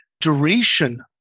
duration